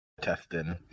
testing